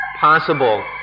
possible